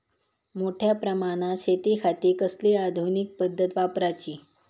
मोठ्या प्रमानात शेतिखाती कसली आधूनिक पद्धत वापराची?